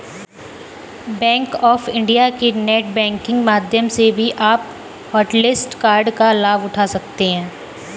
bank of India के net banking माध्यम से भी आप हॉटलिस्ट कार्ड का लाभ उठा सकते हैं